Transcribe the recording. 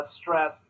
stress